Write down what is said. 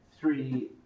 three